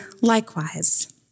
likewise